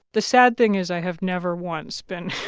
the sad thing is i have never once been.